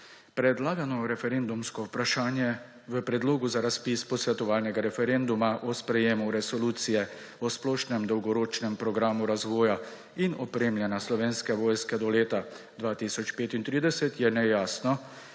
Predlagano referendumsko vprašanje v Predlogu za razpis posvetovalnega referenduma o sprejemu Predloga resolucije o splošnem dolgoročnem programu razvoja in opremljanja Slovenske vojske do leta 2035 je nejasno,